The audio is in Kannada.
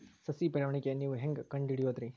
ಸಸಿ ಬೆಳವಣಿಗೆ ನೇವು ಹ್ಯಾಂಗ ಕಂಡುಹಿಡಿಯೋದರಿ?